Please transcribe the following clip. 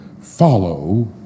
Follow